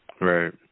Right